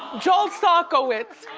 joel salkowitz.